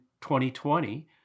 2020